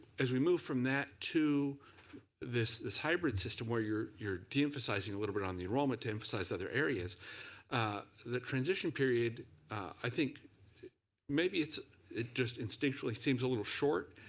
as we move from that to this this hybrid system where you're you're deemphasizing a little bit on the enrollment to emphasize other areas the transition period i think maybe just instinctually seems a little short